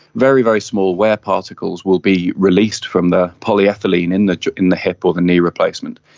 very, very small wear particles will be released from the polyethylene in the in the hip or the knee replacement,